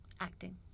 Acting